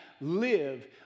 live